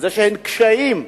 איזשהם קשיים.